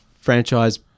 franchise